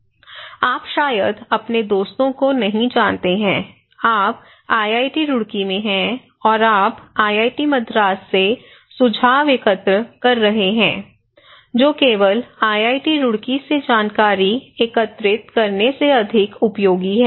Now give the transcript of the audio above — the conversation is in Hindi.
आप शायद अपने दोस्तों को नहीं जानते हैं आप आईआईटी रुड़की में हैं और आप IIT मद्रास से सुझाव एकत्र कर रहे हैं जो केवल आईआईटी रुड़की से जानकारी एकत्रित करने से अधिक उपयोगी है